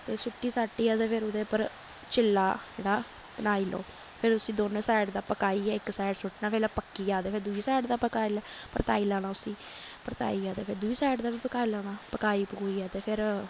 ते सु'ट्टी साट्टियै ते फिर ओह्दे उप्पर चिल्ला जेह्ड़ा बनाई लैओ फिर उस्सी दोनों साइड दा पकाइयै इक साइड सु'ट्टना फिर जेल्लै पक्की जाऽ ते फिर दूई साइड दा पकाई लै परताई लैना उस्सी परताइयै ते फिर उस्सी दूई साइड दा बी पकाई लैओ पकाई पकूइयै ते फिर